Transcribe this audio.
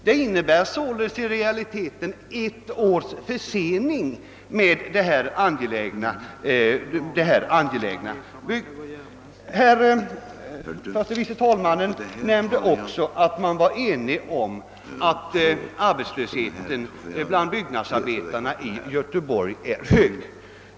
Det innebär således i realiteten ett års försening av detta angelägna bygge. Herr förste vice talmannen Cassel nämnde också att man var enig om att arbetslösheten bland byggnadsarbetarna i Göteborg är hög.